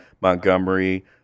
Montgomery